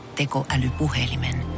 tekoälypuhelimen